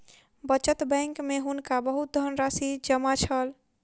बचत बैंक में हुनका बहुत धनराशि जमा छल